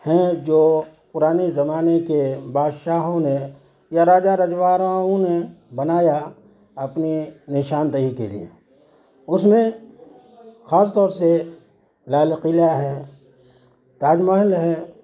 ہیں جو پرانے زمانے کے بادشاہوں نے یا راجا رجواڑاؤں نے بنایا اپنی نشاندہی کے لیے اس میں خاص طور سے لال قلعہ ہے تاج محل ہے